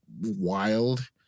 wild